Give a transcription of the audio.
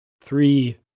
three